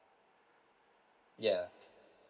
yeah